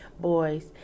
boys